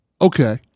Okay